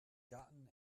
gotten